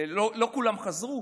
לא כולם חזרו.